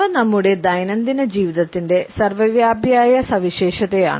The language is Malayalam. അവ നമ്മുടെ ദൈനംദിന ജീവിതത്തിന്റെ സർവ്വവ്യാപിയായ സവിശേഷതയാണ്